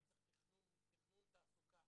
כי צריך תכנון תעסוקה.